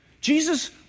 Jesus